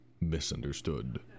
Misunderstood